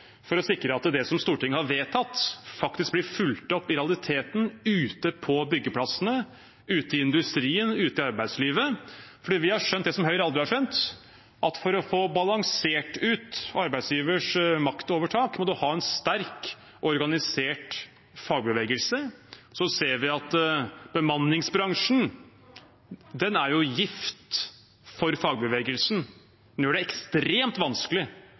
for å sikre at det som Stortinget har vedtatt, i realiteten blir fulgt opp ute på byggeplassene, ute i industrien, ute i arbeidslivet, fordi vi har skjønt det som Høyre aldri har skjønt, at for å få balansert ut arbeidsgivers maktovertak må man ha en sterk organisert fagbevegelse. Så ser vi at bemanningsbransjen er gift for fagbevegelsen. Den gjør det ekstremt vanskelig